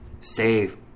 save